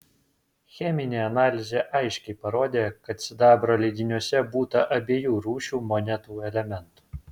cheminė analizė aiškiai parodė kad sidabro lydiniuose būta abiejų rūšių monetų elementų